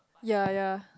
yea yea